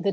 the